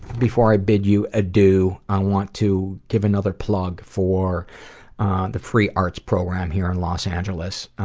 before i bid you adieu, i want to give another plug for the free arts program here in los angeles.